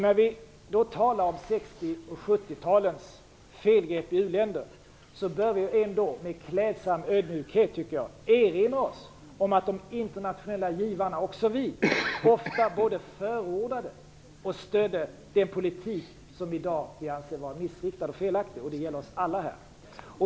När vi talar om 60 och 70-talens felgrepp i u-länderna bör vi med klädsam ödmjukhet erinra oss att de internationella givarna, och även vi, ofta både förordade och stödde den politik som vi i dag anser vara missriktad och felaktig. Det gäller oss alla här.